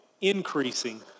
increasing